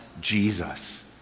Jesus